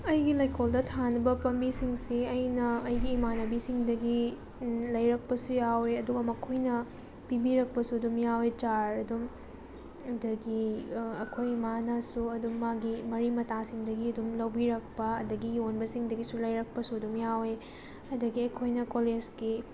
ꯑꯩꯒꯤ ꯂꯩꯀꯣꯜꯗ ꯊꯥꯅꯕ ꯄꯥꯝꯕꯤꯁꯤꯡꯁꯤ ꯑꯩꯅ ꯑꯩꯒꯤ ꯏꯃꯥꯅꯕꯤꯁꯤꯡꯗꯒꯤ ꯂꯧꯔꯛꯄꯁꯨ ꯌꯥꯎꯏ ꯑꯗꯨꯒ ꯃꯈꯣꯏꯅ ꯄꯤꯕꯤꯔꯛꯄꯁꯨ ꯑꯗꯨꯝ ꯌꯥꯎꯏ ꯆꯥꯔ ꯑꯗꯨꯝ ꯑꯗꯒꯤ ꯑꯩꯈꯣꯏ ꯏꯃꯥꯅꯁꯨ ꯑꯗꯨꯝ ꯃꯥꯒꯤ ꯃꯔꯤ ꯃꯇꯥꯁꯤꯡꯗꯒꯤ ꯑꯗꯨꯝ ꯂꯧꯕꯤꯔꯛꯄ ꯑꯗꯒꯤ ꯌꯣꯟꯕꯁꯤꯡꯗꯒꯤꯁꯨ ꯂꯩꯔꯛꯄꯁꯨ ꯑꯗꯨꯝ ꯌꯥꯎꯏ ꯑꯗꯒꯤ ꯑꯩꯈꯣꯏꯅ ꯀꯣꯂꯦꯖꯀꯤ